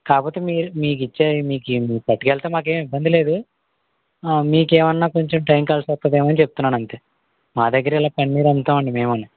కాకపోతే మీరు మీకు ఇచ్చే మీకు మీరు పట్టుకెళితే మాకు ఏమి ఇబ్బంది లేదు మీకు ఏమైనా కొంచెం టైమ్ కలిసి వస్తుందేమో అని చెప్తున్నాను అంతే మా దగ్గర ఇలా పన్నీర్ అమ్ముతాము అండి మేమూని